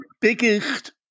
biggest